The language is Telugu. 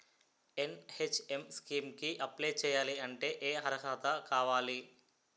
ఎన్.హెచ్.ఎం స్కీమ్ కి అప్లై చేయాలి అంటే ఏ అర్హత కావాలి?